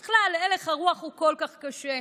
בכלל, הלך הרוח הוא כל כך קשה.